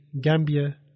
Gambia